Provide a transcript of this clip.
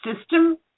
system